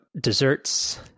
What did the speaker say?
desserts